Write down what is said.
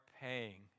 paying